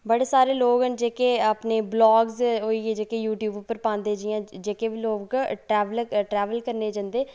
बड़े सारे लोक न जेह्के अपने बलाग्स होई गे जेह्की यूट्यूब उप्पर पांदे जेह्के लोग ट्रैवल करने ई जंदे